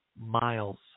miles